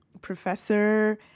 professor